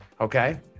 Okay